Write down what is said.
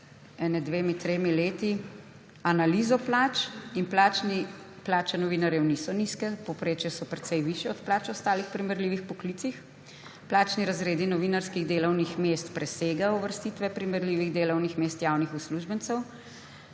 pred dvema, tremi leti analizo plač in plače novinarjev niso nizke. V povprečju so precej višje od plač v ostalih primerljivih poklicih. Plačni razredi novinarskih delovnih mest presegajo uvrstitve primerljivih delovnih mest javnih uslužbencev,